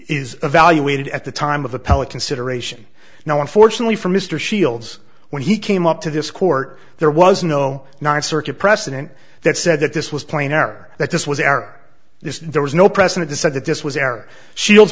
is evaluated at the time of appellate consideration now unfortunately for mr shields when he came up to this court there was no nine circuit precedent that said that this was plainer that this was our this there was no precedent to said that this was air shields